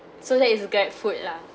so that is to grabfood lah